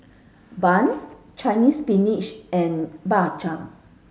bun Chinese spinach and Bak Chang